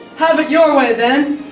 have it your way then.